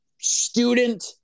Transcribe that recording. student